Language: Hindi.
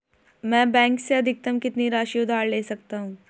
मैं बैंक से अधिकतम कितनी राशि उधार ले सकता हूँ?